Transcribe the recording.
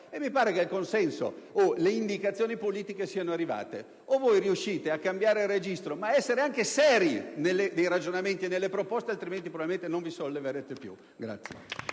e mi sembra che il consenso e le indicazioni politiche siano arrivate. O voi riuscite a cambiare registro ed a essere seri nei ragionamenti e nelle proposte o probabilmente non vi solleverete più.